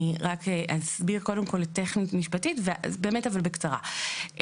אסביר קודם כל טכנית משפטית ואעשה זאת בקצרה.